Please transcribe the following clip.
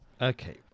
Okay